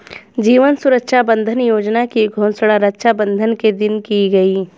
जीवन सुरक्षा बंधन योजना की घोषणा रक्षाबंधन के दिन की गई